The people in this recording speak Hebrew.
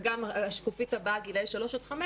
וגם השקופית הבאה גילאי 3 5,